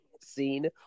scene